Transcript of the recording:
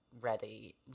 ready